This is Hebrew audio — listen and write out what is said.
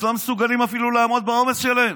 לא מסוגלים אפילו לעמוד בעומס שלהם.